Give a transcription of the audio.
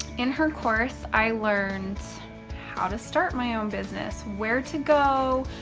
in her course, i learned how to start my own business, where to go,